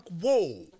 whoa